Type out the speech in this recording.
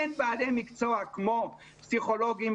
אין בעלי מקצוע כמו פסיכולוגים,